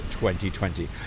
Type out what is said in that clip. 2020